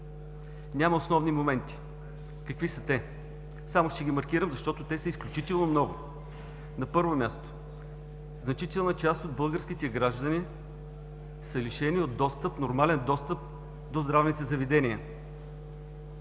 Няма основни моменти. Какви са те? Само ще ги маркирам, защото са изключително много. На първо място, значителна част от българските граждани са лишени от нормален достъп до здравните заведения.